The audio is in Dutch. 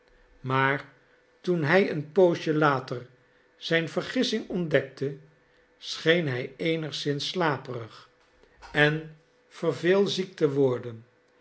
maar toen hij een poosje later zijne vergissing ontdekte scheen hij eenigszins slaperig en verveelziek te worden